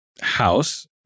house